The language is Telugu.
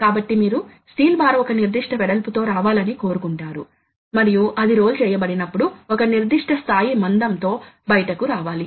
కాబట్టి పార్ట్ ప్రోగ్రామ్ బ్లాక్ కాబట్టి పార్ట్ ప్రోగ్రామ్ ప్రాథమికంగా అమలు చేయబడే అనేక బ్లాక్ లను కలిగి ఉంటుంది